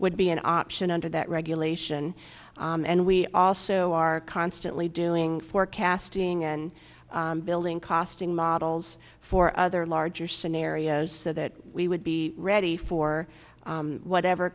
would be an option under that regulation and we also are constantly doing forecasting and building costing models for other larger scenarios so that we would be ready for whatever